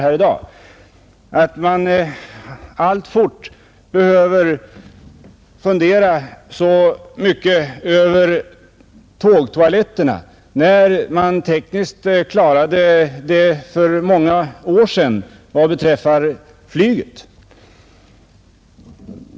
Det är egendomligt att man alltfort behöver fundera så mycket när det gäller tågtoaletterna då man tekniskt har klarat samma sak för många år sedan vad beträffar flyget.